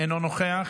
אינו נוכח,